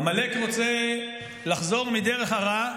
עמלק רוצה לחזור מדרך הרע,